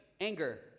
anger